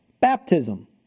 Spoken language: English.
baptism